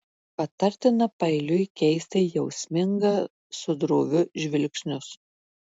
patartina paeiliui keisti jausmingą su droviu žvilgsnius